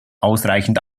ausreichend